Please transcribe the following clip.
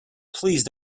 please